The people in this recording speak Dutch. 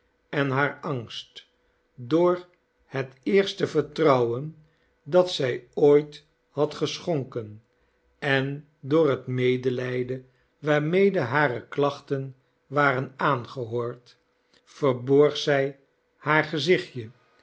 en haar angst door het eerste vertrouwen dat zij ooit had geschonken en door het medelijden waarmede hare klachten waren aangehoord verborg zij haar gezichtje